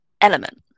element